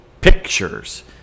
Pictures